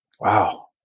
Wow